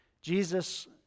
Jesus